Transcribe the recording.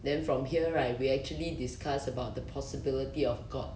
then from here right we actually discuss about the possibility of god